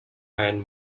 iron